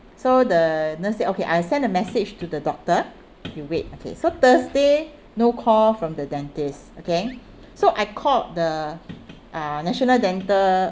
so the nurse say okay I send a message to the doctor you wait okay so thursday no call from the dentist okay so I called the uh national dental